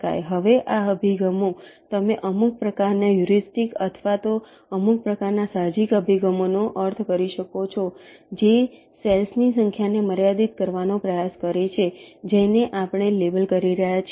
હવે આ અભિગમો તમે અમુક પ્રકારના હ્યુરિસ્ટિક્સ અથવા અમુક પ્રકારના સાહજિક અભિગમો નો અર્થ કરી શકો છો જે સેલ્સ ની સંખ્યાને મર્યાદિત કરવાનો પ્રયાસ કરે છે જેને આપણે લેબલ કરી રહ્યા છીએ